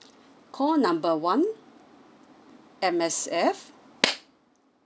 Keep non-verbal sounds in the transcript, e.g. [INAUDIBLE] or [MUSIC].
call number one M_S_F [NOISE]